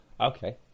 Okay